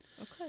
Okay